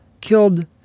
killed